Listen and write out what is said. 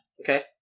Okay